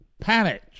Panic